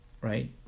right